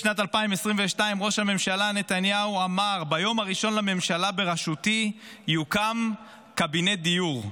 בשנת 2022 ראש הממשלה אמר: ביום הראשון לממשלה בראשותי יוקם קבינט דיור.